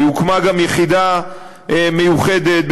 והוקמה גם יחידה מיוחדת,